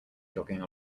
jogging